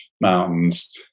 Mountains